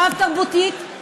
רב-תרבותית,